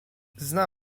zna